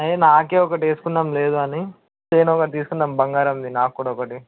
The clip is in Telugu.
హే నాకు ఒకటి వేసుకుందాం లేదు అని చైన్ ఒకటి తీసుకుందాం బంగారంది నాకు కూడా ఒకటి